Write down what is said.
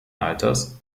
alters